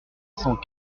cent